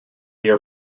dear